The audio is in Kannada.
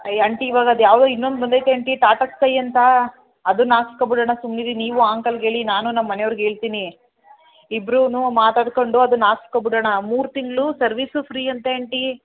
ಅಯ್ಯೋ ಆಂಟಿ ಇವಾಗ ಅದು ಯಾವ್ದೋ ಇನ್ನೊಂದು ಬಂದೈತೆ ಆಂಟಿ ಟಾಟಾ ಸ್ಕೈ ಅಂತ ಅದನ್ನು ಹಾಕ್ಸ್ಕೊಬುಡನ ಸುಮ್ಮನಿರಿ ನೀವೂ ಆ ಅಂಕಲ್ಗೆ ಹೇಳಿ ನಾನೂ ನಮ್ಮ ಮನೆಯವ್ರ್ಗೆ ಹೇಳ್ತೀನಿ ಇಬ್ರೂ ಮಾತಾಡಿಕೊಂಡು ಅದನ್ನು ಹಾಕ್ಸ್ಕೊಬುಡಣ ಮೂರು ತಿಂಗಳು ಸರ್ವಿಸೂ ಫ್ರೀ ಅಂತೆ ಆಂಟಿ